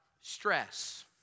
stress